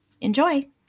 Enjoy